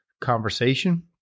conversation